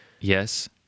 yes